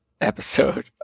episode